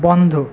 বন্ধ